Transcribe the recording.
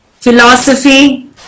philosophy